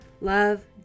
love